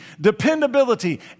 dependability